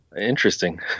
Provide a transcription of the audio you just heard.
Interesting